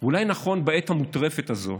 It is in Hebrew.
ואולי נכון בעת המוטרפת הזו,